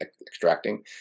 extracting